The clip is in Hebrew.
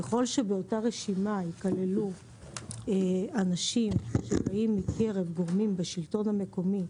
ככל שבאותה רשימה יכללו אנשים שבאים מקרב גורמים בשלטון המקומי,